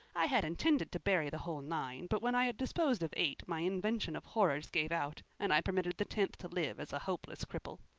i had intended to bury the whole nine but when i had disposed of eight my invention of horrors gave out and i permitted the ninth to live as a hopeless cripple.